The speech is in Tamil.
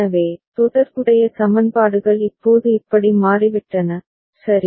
எனவே தொடர்புடைய சமன்பாடுகள் இப்போது இப்படி மாறிவிட்டன சரி